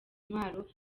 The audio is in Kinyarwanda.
intwaro